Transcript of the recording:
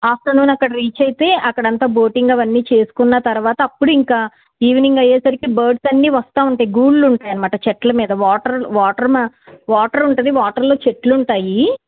afternoon అక్కడ reach అయితే అక్కడంతా బోటింగ్ అవన్నీ చేసుకున్న తరువాత అప్పుడు ఇంకా ఈవినింగ్ అయ్యేసరికి బర్డ్స్ అన్నీ వస్తూవుంటాయి గూళ్ళుంటాయబమాట చెట్లమీద వాటర్ వాటర్మ వాటర్ ఉంటుంది వాటర్లో చెట్లుంటాయి